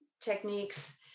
techniques